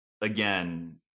again